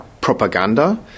propaganda